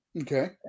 Okay